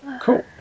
Cool